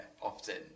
often